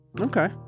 Okay